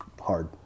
hard